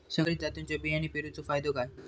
संकरित जातींच्यो बियाणी पेरूचो फायदो काय?